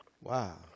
Wow